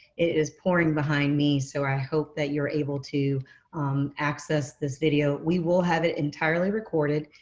it is pouring behind me, so i hope that you're able to access this video. we will have it entirely recorded,